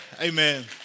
Amen